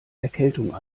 erkältung